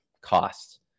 cost